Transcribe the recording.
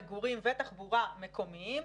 מגורים ותחבורה מקומיים.